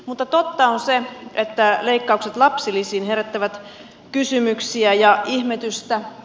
mutta totta on se että leikkaukset lapsilisiin herättävät kysymyksiä ja ihmetystä